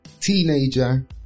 teenager